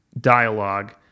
dialogue